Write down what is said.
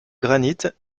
granit